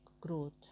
growth